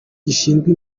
gishinzwe